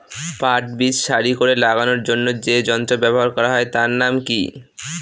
পাট বীজ সারি করে লাগানোর জন্য যে যন্ত্র ব্যবহার হয় তার নাম কি?